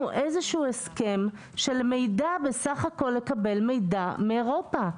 איזשהו הסכם בסך הכול לקבל מידע מאירופה.